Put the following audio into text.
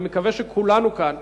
אני מקווה שכולנו כאן,